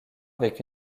avec